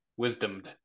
wisdomed